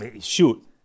shoot